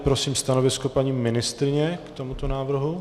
Prosím stanovisko paní ministryně k tomuto návrhu.